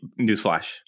newsflash